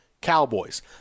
Cowboys